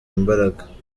imbaraga